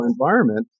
environment